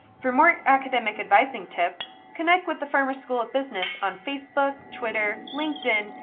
for more academic advising tips, connect with the farmer school of business on facebook, twitter, linkedin,